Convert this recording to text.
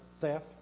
theft